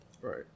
Right